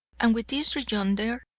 and with this rejoinder,